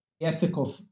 ethical